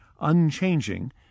unchanging